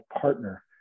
partner